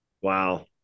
Wow